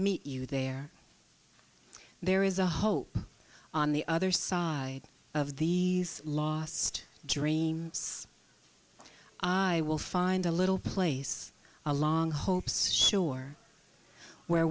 meet you there there is a hope on the other side of the last dream so i will find a little place along hopes shore where